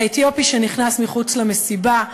האתיופי שנשאר מחוץ למסיבה,